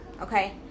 okay